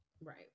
Right